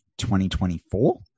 2024